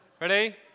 Ready